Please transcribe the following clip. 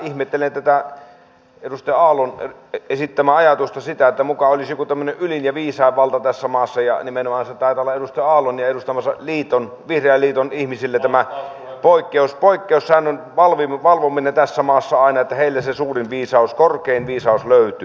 ihmettelen tätä edustaja aallon esittämää ajatusta siitä että muka olisi joku tämmöinen ylin ja viisain valta tässä maassa ja nimenomaan taitaa olla edustaja aallon ja edustamansa liiton vihreän liiton ihmisille tämä poikkeussäännön valvominen tässä maassa aina sellainen että heiltä se suurin viisaus korkein viisaus löytyy